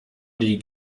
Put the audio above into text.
die